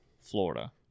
Florida